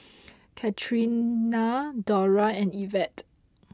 Catrina Dora and Yvette